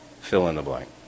fill-in-the-blank